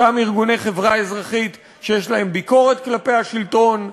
אותם ארגוני חברה אזרחית שיש להם ביקורת כלפי השלטון.